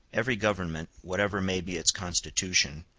every government, whatever may be its constitution,